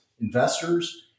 investors